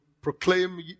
proclaim